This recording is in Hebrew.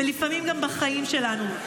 ולפעמים גם בחיים שלנו.